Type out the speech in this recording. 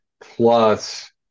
plus